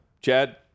chad